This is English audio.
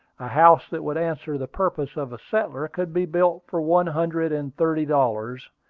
a house that would answer the purpose of a settler could be built for one hundred and thirty dollars,